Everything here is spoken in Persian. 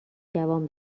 جوان